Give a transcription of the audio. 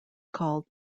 called